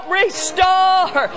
restore